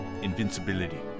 invincibility